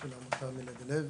של העמותה מלב אל לב,